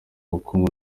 bukungu